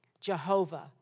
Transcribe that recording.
Jehovah